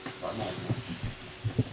but not as much I feel